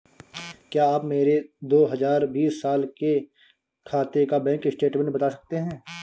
क्या आप मेरे दो हजार बीस साल के खाते का बैंक स्टेटमेंट बता सकते हैं?